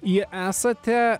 jie esate